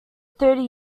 thirty